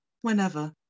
whenever